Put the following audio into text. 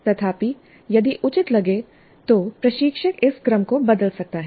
तथापि यदि उचित लगे तो प्रशिक्षक इस क्रम को बदल सकता है